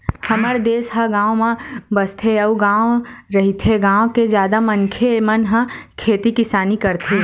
हमर देस ह गाँव म बसथे अउ गॉव रहिथे, गाँव के जादा मनखे मन ह खेती किसानी करथे